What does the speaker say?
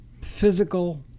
physical